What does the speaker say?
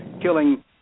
killing